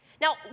Now